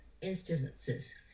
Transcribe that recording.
instances